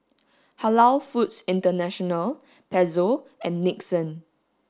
Halal Foods International Pezzo and Nixon